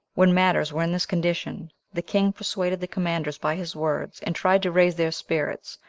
when matters were in this condition, the king persuaded the commanders by his words, and tried to raise their spirits,